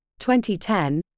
2010